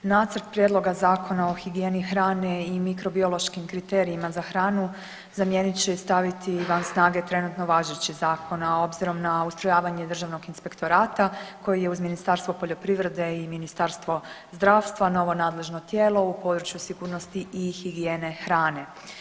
Nacrt prijedloga Zakona o higijeni hrane i mikrobiološkim kriterijima za hranu zamijenit će i staviti van snage trenutno važeći zakon, a obzirom na ustrojavanje državnog inspektorata koji je uz Ministarstvo poljoprivrede i Ministarstvo zdravstva novo nadležno tijelo u području sigurnosti i higijene hrane.